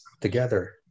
together